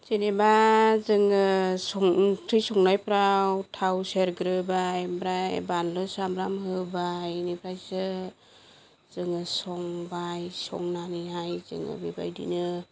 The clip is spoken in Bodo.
जेनेबा जोङो ओंख्रि संनायफोराव थाव सेरग्रोबाय ओमफ्राय बानलु सामब्राम होबाय बेनिफ्रायसो जोङो संबाय संनानैहाय जोङो बेबायदिनो